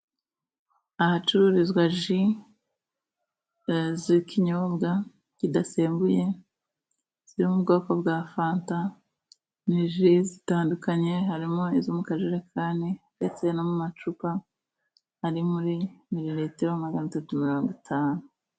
Ahacururizwa ji z'ikinyobwa, kidasembuye, ziri mu bwoko bwa fanta zitandukanye, harimo izo mu kajerekani ndetse no mu macupa hari muri mililitiro magana atatu mirongo itanu.